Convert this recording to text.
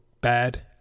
bad